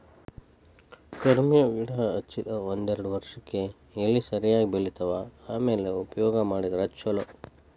ಕರ್ಮೇವ್ ಗಿಡಾ ಹಚ್ಚದ ಒಂದ್ಯಾರ್ಡ್ ವರ್ಷಕ್ಕೆ ಎಲಿ ಸರಿಯಾಗಿ ಬಲಿತಾವ ಆಮ್ಯಾಲ ಉಪಯೋಗ ಮಾಡಿದ್ರ ಛಲೋ